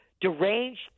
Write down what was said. deranged